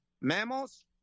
mammals